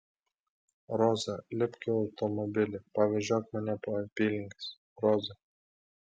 roza lipk į automobilį pavežiok mane po apylinkes roza